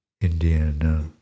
Indiana